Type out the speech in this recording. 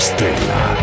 Stella